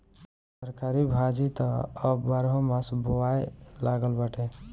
तरकारी भाजी त अब बारहोमास बोआए लागल बाटे